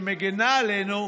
שמגינה עלינו,